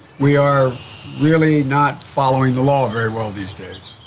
we are really not following the law very well these days.